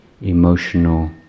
emotional